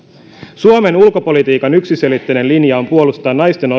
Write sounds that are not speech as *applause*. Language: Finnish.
suomen ulkopolitiikan yksiselitteinen linja on puolustaa naisten *unintelligible*